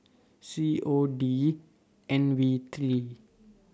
C O D N V three